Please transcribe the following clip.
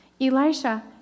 Elisha